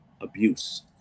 abuse